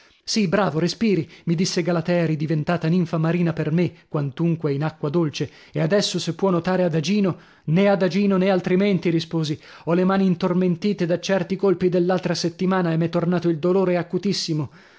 sì bravo respiri mi disse galatea ridiventata ninfa marina per me quantunque in acqua dolce e adesso se può nuotare adagino nè adagino nè altrimenti risposi ho le mani intormentite da certi colpi dell'altra settimana e m'è tornato il dolore